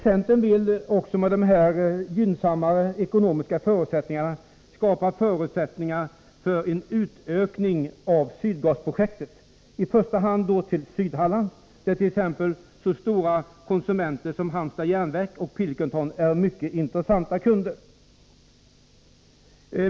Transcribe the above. Centern vill med detta också skapa ekonomiska förutsättningar för en utökning av Sydgasprojektet, i första hand till Sydhalland, där så stora konsumenter som t.ex. Halmstads Järnverk och Pilkington är mycket intressanta kunder.